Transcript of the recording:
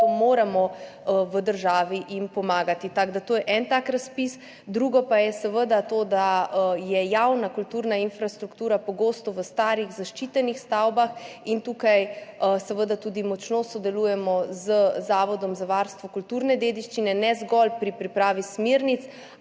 moramo v državi pomagati. To je en tak razpis. Drugo pa je seveda to, da je javna kulturna infrastruktura pogosto v starih zaščitenih stavbah in tukaj seveda tudi močno sodelujemo z Zavodom za varstvo kulturne dediščine, ne zgolj pri pripravi smernic,